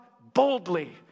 boldly